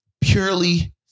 purely